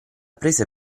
prese